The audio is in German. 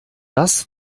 das